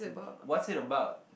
what's it about